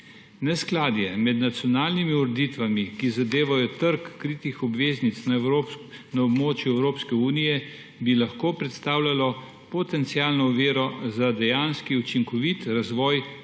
Neskladje med nacionalnimi ureditvami, ki zadevajo trg kritih obveznic na območju Evropske unije, bi lahko predstavljalo potencialno oviro za dejanski učinkovit razvoj